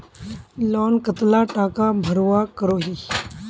Loan कतला टाका भरवा करोही?